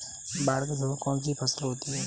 बाढ़ के समय में कौन सी फसल होती है?